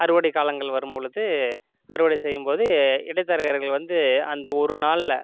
அறுவடை காலங்கள் வரும் பொழுது அறுவடை செய்யும் போது இடைத்தரகர்கள் வந்து அந்த ஒரு நாளில்